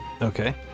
Okay